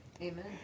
Amen